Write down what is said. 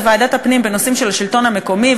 לוועדת הפנים בנושאים של השלטון המקומי,